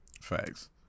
Facts